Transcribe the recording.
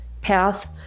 path